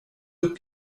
upp